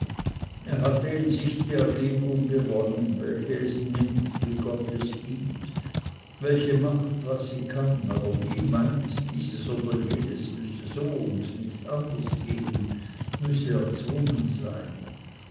er hatte in sich die ergebung gewonnen welche es nimmt wie gott es gibt welche macht was sie kann aber nie meint dieses oder jenes müsse so und nicht anders gehen müsse erzwungen sein